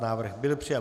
Návrh byl přijat.